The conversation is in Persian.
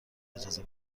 اجازه